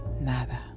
nada